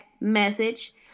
message